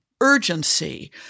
urgency